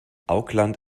auckland